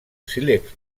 sílex